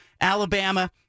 Alabama